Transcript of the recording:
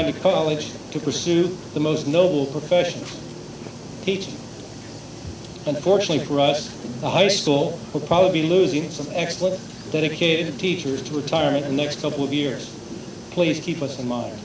going to college to pursue the most noble profession teaching and fortunately for us the high school will probably be losing some excellent dedicated teachers to retiring the next couple of years please keep us in mind